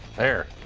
there